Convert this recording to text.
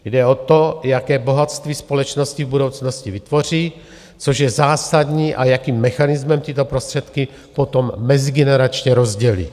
Jde o to, jaké bohatství společnost v budoucnosti vytvoří, což je zásadní, a jakým mechanismem tyto prostředky potom mezigeneračně rozdělí.